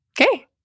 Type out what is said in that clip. Okay